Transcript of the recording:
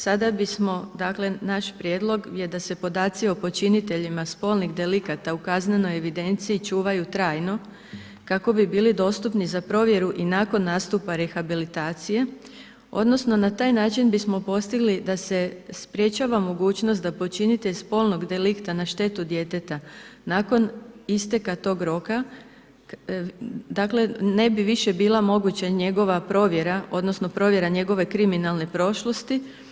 Sada bismo dakle naš prijedlog je da se podaci o počiniteljima spolnih delikata u kaznenoj evidenciji čuvaju trajno kako bi bili dostupni za provjeru i nakon nastupa rehabilitacije, odnosno na taj način bismo postigli da se sprječava mogućnost da počinitelj spolnog delikta na štetu djeteta nakon isteka tog roka, dakle ne bi više bila moguća njegova provjera, odnosno provjera njegova kriminalne prošlosti.